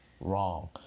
Wrong